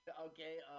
Okay